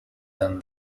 than